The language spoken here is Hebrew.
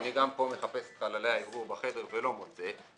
אני גם פה מחפש את חללי האוורור בחדר ולא מוצא.